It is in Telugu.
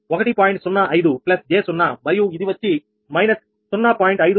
05 j 0 మరియు ఇది వచ్చి మైనస్ 0